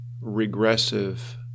regressive